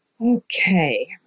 Okay